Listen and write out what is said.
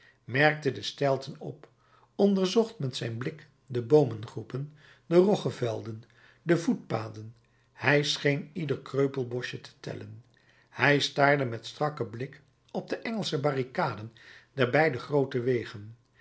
merkte de steilten op onderzocht met zijn blik de boomengroepen de roggevelden de voetpaden hij scheen ieder kreupelboschje te tellen hij staarde met strakken blik op de engelsche barricaden der beide groote wegen